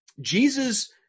Jesus